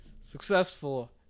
successful